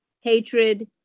hatred